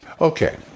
Okay